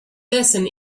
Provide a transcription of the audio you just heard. lesson